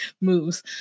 moves